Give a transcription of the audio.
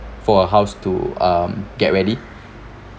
for a house to um get ready